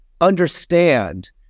understand